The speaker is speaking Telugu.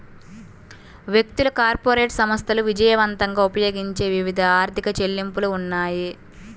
వ్యక్తులు, కార్పొరేట్ సంస్థలు విజయవంతంగా ఉపయోగించే వివిధ ఆర్థిక చెల్లింపులు ఉన్నాయి